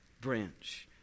branch